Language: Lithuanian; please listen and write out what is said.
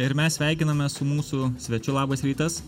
ir mes sveikinamės su mūsų svečiu labas rytas